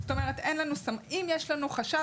אם יש לנו חשד,